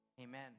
Amen